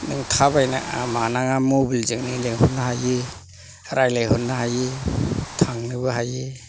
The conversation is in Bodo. नों थाबायनाङा मानाङा मबेलजोंनो लेंहरनो हायो रायलायहरनो हायो थांनोबो हायो